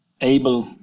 able